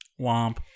womp